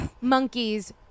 monkeys